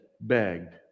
begged